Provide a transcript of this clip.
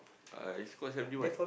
uh East-Coast seventy one